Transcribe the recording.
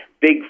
big